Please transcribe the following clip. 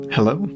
Hello